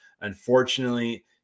Unfortunately